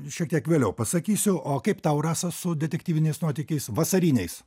šiek tiek vėliau pasakysiu o kaip tau rasa su detektyviniais nuotykiais vasariniais